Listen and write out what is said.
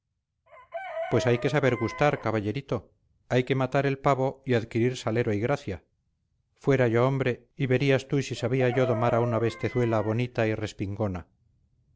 pues hay que saber gustar caballerito hay que matar el pavo y adquirir salero y gracia fuera yo hombre y verías tú si sabía yo domar a una bestezuela bonita y respingona